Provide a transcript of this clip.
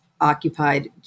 occupied